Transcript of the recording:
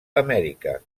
amèrica